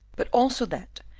but also that,